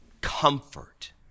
comfort